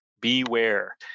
beware